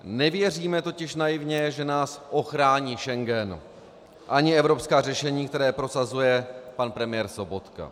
Nevěříme totiž naivně, že nás ochrání Schengen ani evropská řešení, která prosazuje pan premiér Sobotka.